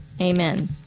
Amen